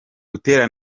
butera